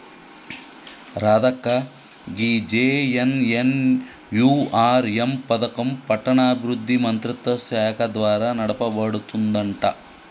రాధక్క గీ జె.ఎన్.ఎన్.యు.ఆర్.ఎం పథకం పట్టణాభివృద్ధి మంత్రిత్వ శాఖ ద్వారా నడపబడుతుందంట